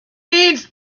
needs